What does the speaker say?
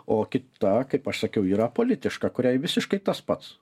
o kita kaip aš sakiau yra apolitiška kuriai visiškai tas pats